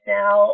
now